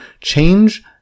change